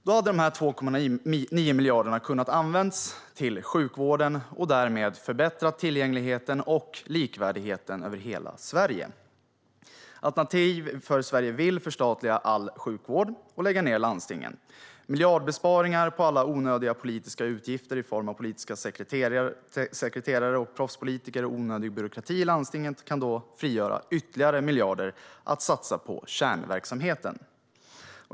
Då hade de 2,9 miljarderna kunnat användas till sjukvården och därmed till att förbättra tillgängligheten och likvärdigheten över hela Sverige. Alternativ för Sverige vill förstatliga all sjukvård och lägga ned landstingen. Miljardbesparingar på alla onödiga politiska utgifter i form av politiska sekreterare, proffspolitiker och onödig byråkrati i ett landsting kan då frigöra ytterligare miljarder att satsa på kärnverksamheten.